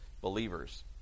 believers